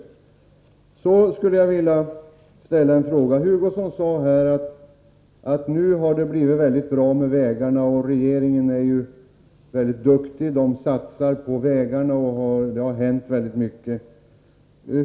Jag skulle vilja ställa en fråga. Kurt Hugosson sade att det nu är mycket bra ställt med vägarna, och regeringen är mycket duktig, den satsar på vägarna, och det har hänt mycket.